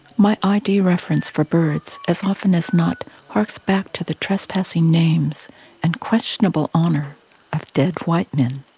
my id reference for birds as often as not harks back to the trespassing names and questionable honour of dead white men.